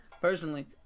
Personally